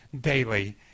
daily